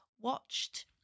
watched